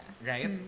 right